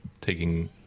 taking